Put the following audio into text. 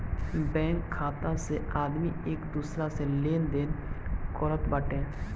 bank खाता से आदमी एक दूसरा से लेनदेन करत बाटे